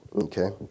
Okay